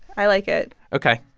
i like it ok.